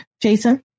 Jason